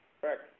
Correct